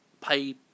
pay